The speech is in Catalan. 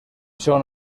són